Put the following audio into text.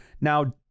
now